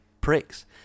pricks